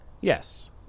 Yes